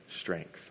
strength